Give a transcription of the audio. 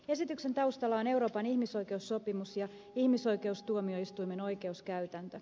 esityksen taustalla on euroopan ihmisoikeussopimus ja ihmisoikeustuomioistuimen oikeuskäytäntö